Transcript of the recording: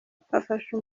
afasha